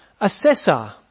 assessor